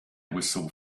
whistle